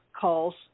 calls